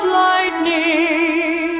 lightning